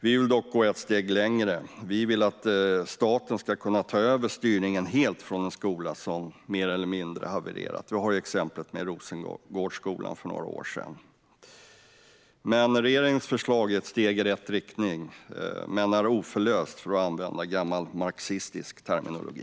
Vi vill dock gå ett steg längre och att staten ska kunna ta över styrningen helt från en skola som mer eller mindre havererat. Vi hade exemplet med Rosengårdsskolan för några år sedan. Regeringens förslag är ett steg i rätt riktning, men det är oförlöst, för att använda gammal marxistisk terminologi.